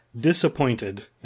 disappointed